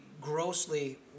grossly